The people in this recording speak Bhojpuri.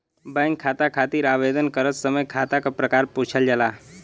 बैंक खाता खातिर आवेदन करत समय खाता क प्रकार पूछल जाला